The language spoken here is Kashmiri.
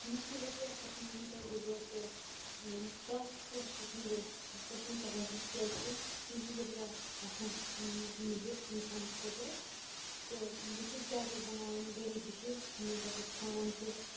مےٚ چھِ وارِیاہ پَسنٛدیٖدہ غذا تہٕ فاسٹ فُڈ چھُس نہٕ بہٕ پَسنٛد کَران کہِ کیٛازِکہِ تٔمِس چھِ وارِیاہ آسان مُضِر اِنسانَس خٲطرٕ تہٕ بہٕ چھَس زیادَے بَناوان گَری ڈِشِز ییٚمہِ پَتہٕ أسۍ کھٮ۪وان چھِ